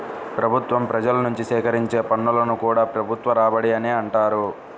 ప్రభుత్వం ప్రజల నుంచి సేకరించే పన్నులను కూడా ప్రభుత్వ రాబడి అనే అంటారు